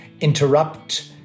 interrupt